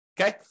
Okay